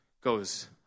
goes